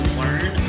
learn